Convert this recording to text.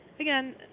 again